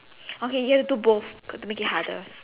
okay you have to do both got to make it harder